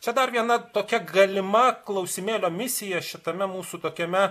čia dar viena tokia galima klausimėlio misija šitame mūsų tokiame